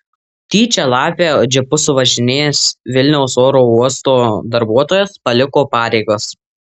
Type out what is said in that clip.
tyčia lapę džipu suvažinėjęs vilniaus oro uosto darbuotojas paliko pareigas